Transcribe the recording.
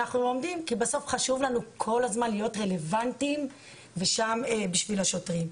כי בסוף חשוב לנו כל הזמן להיות רלוונטיים בשביל השוטרים.